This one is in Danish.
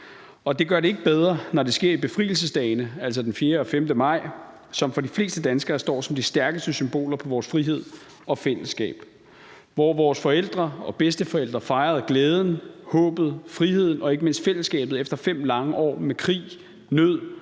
det gør det ikke bedre, når det sker i befrielsesdagene, altså den 4. og den 5. maj, som for de fleste danskere står som de stærkeste symboler på vores frihed og fællesskab, hvor vores forældre og bedsteforældre fejrede glæden, håbet, friheden og ikke mindst fællesskabet efter 5 lange år med krig, nød